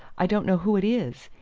i don't know who it is.